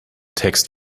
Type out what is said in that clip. text